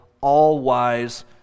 all-wise